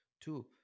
Two